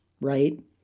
right